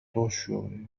توشيو